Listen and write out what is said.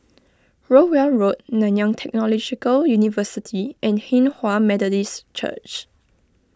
Rowell Road Nanyang Technological University and Hinghwa Methodist Church